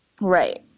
Right